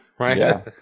Right